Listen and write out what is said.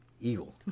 eagle